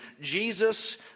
Jesus